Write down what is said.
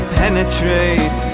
penetrate